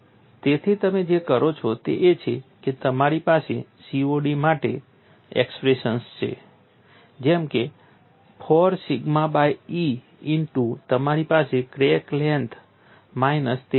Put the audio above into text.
તેથી તમે જે કરો છો તે એ છે કે તમારી પાસે COD માટે એક્સપ્રેશન છે જેમ કે 4 સિગ્મા બાય E ઇનટુ તમારી પાસે ક્રેક લેન્થ માઇનસ તે અંતર છે